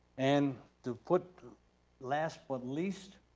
and to put last but least.